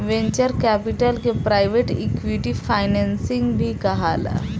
venture capital के private equity financing भी कहाला